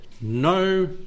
No